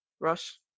Rush